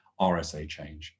RSAChange